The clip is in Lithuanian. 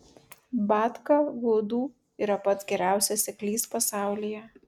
batka gudų yra pats geriausias seklys pasaulyje